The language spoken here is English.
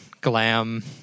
glam